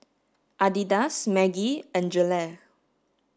Adidas Maggi and Gelare